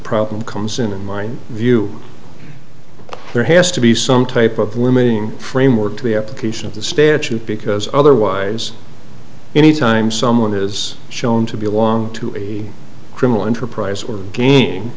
problem comes in in mind view there has to be some type of limiting framework to the application of the statute because otherwise anytime someone is shown to be along to a criminal enterprise or game